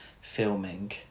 filming